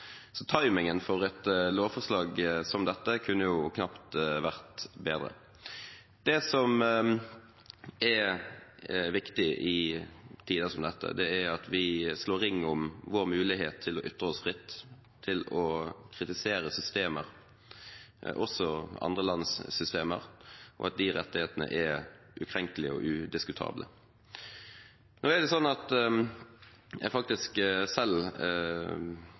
Så timingen for et lovforslag som dette kunne knapt vært bedre. Det som er viktig i tider som dette, er at vi slår ring om vår mulighet til å ytre oss fritt, til å kritisere systemer, også andre lands systemer, og at de rettighetene er ukrenkelige og udiskutable. Da jeg så nyhetene om eksempelet fra Tyskland, kunne jeg faktisk selv